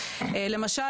למשל,